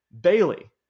Bailey